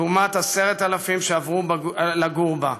לעומת 10,000 שעברו לגור בה,